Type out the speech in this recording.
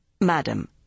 Madam